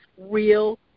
real